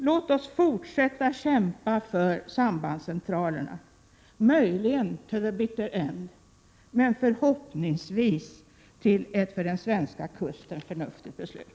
Låt oss fortsätta att kämpa för sambandscentralerna, möjligen till the bitter end, men förhoppningsvis till ett för den svenska kusten förnuftigt beslut.